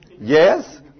Yes